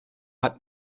hat